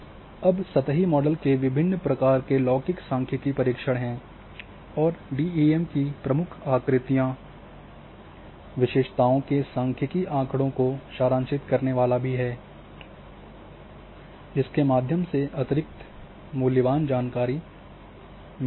अब सतही मॉडल के विभिन्न प्रकार के लौकिक सांख्यिकी परीक्षण हैं और डीईएम की प्रमुख आकृतिक विशेषताओं के सांख्यिकी आंकड़ों को सारांशित करने वाले भी हैं जिनके माध्यम से अतिरिक्त मूल्यवान जानकारी मिलती हैं